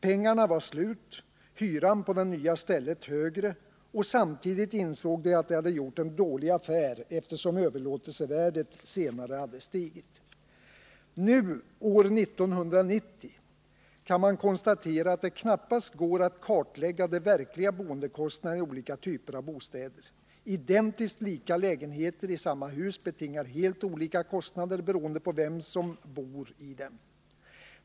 Pengarna var slut, hyran på det nya stället högre, och samtidigt insåg de att de hade gjort en dålig affär, eftersom överlåtelsevärdet senare stigit. Nu, år 1990, kan man konstatera att det knappast går att kartlägga de verkliga boendekostnaderna i olika typer av bostäder. Identiskt lika lägenheter i samma hus betingar helt olika kostnader beroende på vem som bori dem.